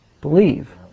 believe